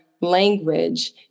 language